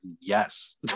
yes